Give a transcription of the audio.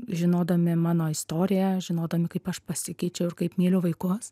žinodami mano istoriją žinodami kaip aš pasikeičiau ir kaip myliu vaikus